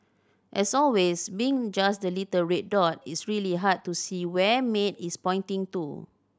as always being just the little red dot it's really hard to see where Maid is pointing to